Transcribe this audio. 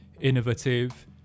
innovative